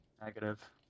Negative